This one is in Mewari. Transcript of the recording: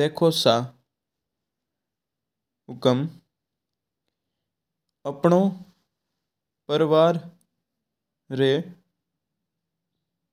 देखो सा हुकम आपणों परिवार री